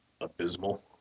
abysmal